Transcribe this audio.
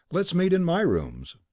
let's meet in my rooms.